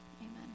amen